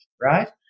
right